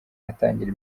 atangira